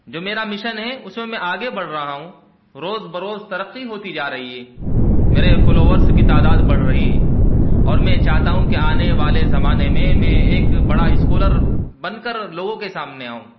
جو میرا مشن ہے اس میں میں آگے بڑھ رہا ہوں روز بروز ترقی ہوتی جا رہی ہے میرے فلوورس کی تعداد بڑھ رہی اور میں چاہتا ہوں کہ آنے والے زمانے میں میں ایک بڑا اسکالر بن کر لوگوں کے سامنے آؤں